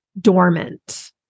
Dormant